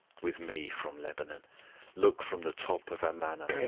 with me from lebanon look from the top of amana,